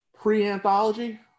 pre-anthology